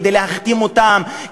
כדי להכתים אותם,